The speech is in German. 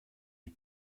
die